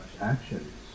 actions